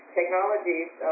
technologies